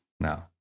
No